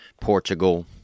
Portugal